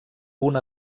punt